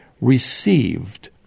received